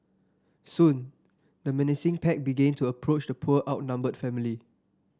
soon the menacing pack begin to approach the poor outnumbered family